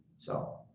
so,